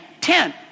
ten